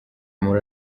muri